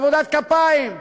עבודת כפיים.